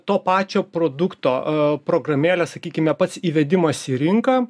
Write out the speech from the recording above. to pačio produkto programėlė sakykime pats įvedimas į rinką